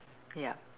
ya